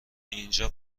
اینجا